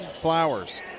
Flowers